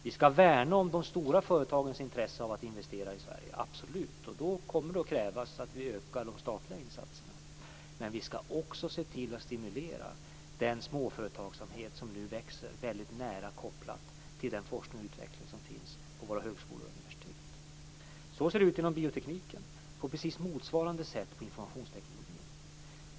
Vi ska absolut värna om de stora företagens intresse av att investera i Sverige, och då kommer det att krävas att vi ökar de statliga insatserna. Men vi ska också stimulera den småföretagsamhet som nu växer väldigt nära kopplat till den forskning och utveckling som finns på våra högskolor och universitet. Så ser det ut inom biotekniken, och det är på precis motsvarande sätt med informationstekniken.